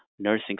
nursing